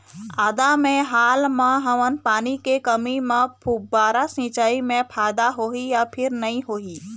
आदा मे हाल मा हमन पानी के कमी म फुब्बारा सिचाई मे फायदा होही या फिर नई होही?